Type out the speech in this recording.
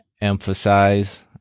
emphasize